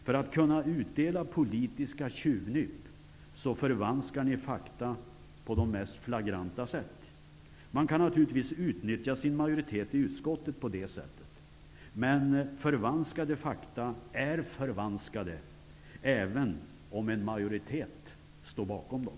För att kunna utdela politiska tjuvnyp, förvanskas fakta på de mest flagranta sätt. Man kan naturligtvis utnyttja sin majoritet i utskottet på det sättet. Men förvanskade fakta är förvanskade även om en majoritet står bakom dem.